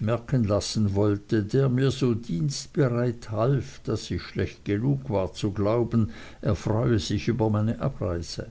merken lassen wollte der mir so dienstbereit half daß ich schlecht genug war zu glauben er freue sich über meine abreise